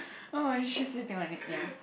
oh she sitting on it ya